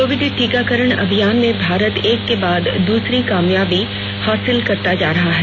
Covid टीकाकरण अभियान में भारत एक के बाद दूसरी कामयाबियां हासिल करता जा रहा है